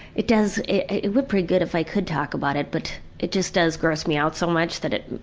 it does. it it would be good if i could talk about it but it just does gross me out so much that it